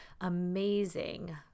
amazing